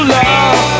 love